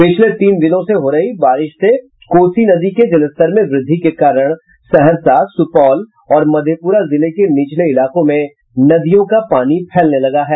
पिछले तीन दिनों से हो रही बारिश से कोसी नदी के जलस्तर में वृद्धि के कारण सहरसा सुपौल और मधेपुरा जिले के नीचले इलाकों में नदियों का पानी फैलने लगा है